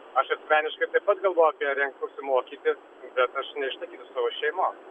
aš asmeniškai taip pat galvojau apie renkuosi mokytis bet aš neišlaikysiu savo šeimos